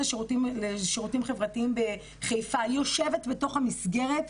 השירותים החברתיים בחיפה יושבת בתוך המסגרת,